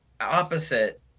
opposite